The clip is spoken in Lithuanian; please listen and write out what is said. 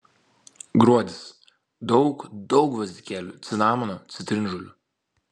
gruodis daug daug gvazdikėlių cinamono citrinžolių